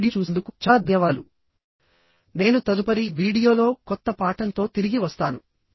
ఈ వీడియో చూసినందుకు చాలా ధన్యవాదాలు నేను తదుపరి వీడియోలో కొత్త పాఠంతో తిరిగి వస్తాను